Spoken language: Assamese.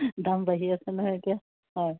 দাম বাঢ়ি আছে নহয় এতিয়া হয়